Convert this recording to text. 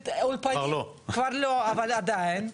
כבר לא אבל עדיין,